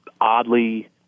oddly